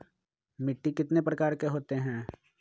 मिट्टी कितने प्रकार के होते हैं?